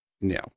No